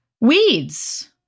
Weeds